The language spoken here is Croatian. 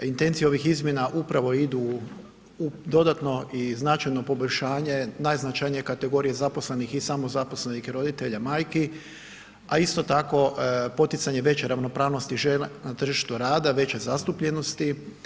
Intencija ovih izmjena upravo idu u, u dodatno i značajno poboljšanje najznačajnije kategorije zaposlenih i samozaposlenih roditelja, majki, a isto tako poticanje veće ravnopravnosti žena na tržištu rada, veće zastupljenosti.